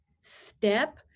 step